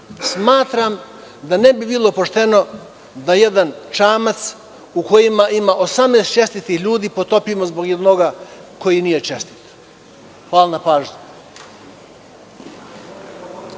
Smatram da ne bi bilo pošteno da jedan čamac koji ima 18 čestitih ljudi potopimo zbog onoga koji nije čestit. Hvala na pažnji.